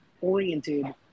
oriented